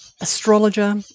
astrologer